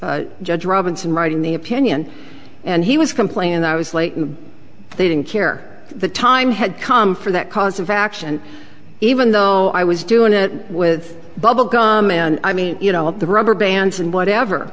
just judge robinson writing the opinion and he was complaining that i was late and they didn't care the time had come for that cause of action even though i was doing it with bubble gum and i mean you know the rubber bands and whatever